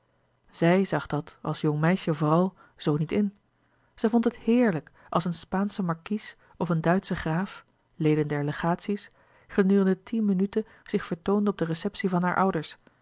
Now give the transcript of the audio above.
zij zag dat als jong meisje vooral zoo niet in zij vond het heerlijk als een spaansche markies of een duitsche graaf leden der legaties gedurende tien minuten zich vertoonde op de receptie van hare ouders